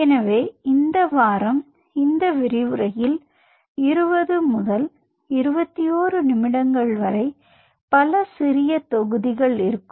எனவே இந்த வாரம் இந்த விரிவுரையில் 20 முதல் 21 நிமிடங்கள் வரை பல சிறிய தொகுதிகள் இருக்கும்